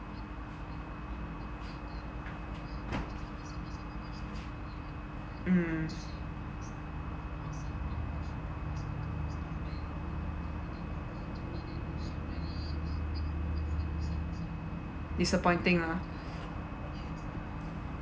mm disappointing lah